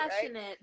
Passionate